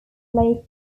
lake